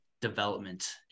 development